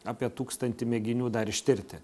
apie tūkstantį mėginių dar ištirti